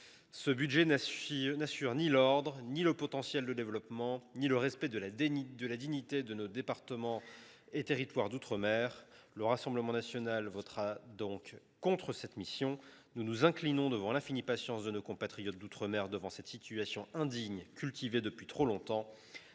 tel budget n’assure ni l’ordre, ni le développement, ni le respect de la dignité de nos départements et territoires d’outre mer. Les élus du Rassemblement national voteront donc contre les crédits de cette mission. Nous nous inclinons devant l’infinie patience de nos compatriotes ultramarins devant cette situation indigne cultivée depuis trop longtemps.